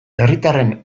herritarren